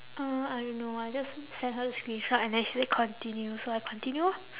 uh I don't know I just sent her the screenshot and then she say continue so I continue lor